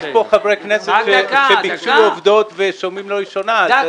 יש פה חברי כנסת שביקשו עובדות ושומעים לראשונה.